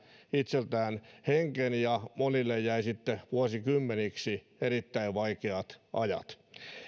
itseltään hengen ja monille jäi sitten vuosikymmeniksi erittäin vaikeat ajat